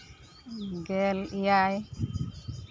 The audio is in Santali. ᱜᱮᱞ ᱮᱭᱟᱭ